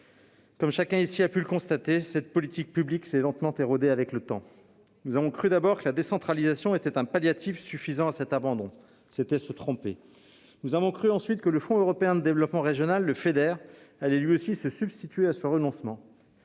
Comme chacun ici a pu le constater, cette politique publique s'est lentement érodée avec le temps. Nous avons cru d'abord que la décentralisation était un palliatif suffisant à cet abandon : c'était se tromper. Nous avons cru ensuite que le Fonds européen de développement régional (Feder) allait lui aussi se substituer à ce renoncement